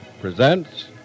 Presents